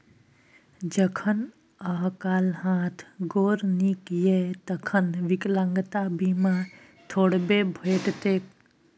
जखन अहाँक हाथ गोर नीक यै तखन विकलांगता बीमा थोड़बे भेटत?